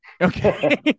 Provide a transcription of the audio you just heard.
Okay